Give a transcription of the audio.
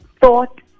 thought